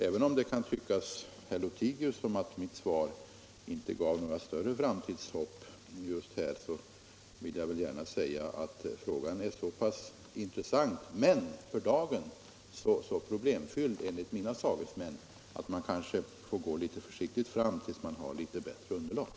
Även om det kan tyckas herr Lothigius att mitt svar inte gav något större framtidshopp, eller just därför, vill jag gärna säga att frågan är så pass intressant men för dagen enligt mina sagesmän så problemfylld, att man får gå litet försiktigt fram tills man har bättre underlag.